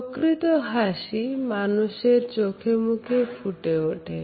প্রকৃত হাসি মানুষের চোখে মুখে ফুটে ওঠে